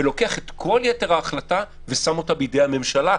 ולוקח את כל יתר ההחלטה ושם אותה בידי הממשלה,